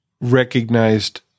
recognized